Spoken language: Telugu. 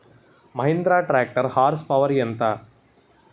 మహీంద్రా ట్రాక్టర్ హార్స్ పవర్ ఎంత?